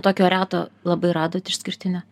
tokio reto labai radot išskirtinio